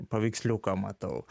paveiksliuką matau